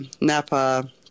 Napa